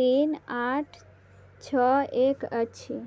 तीन आठ छओ एक अछि